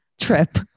trip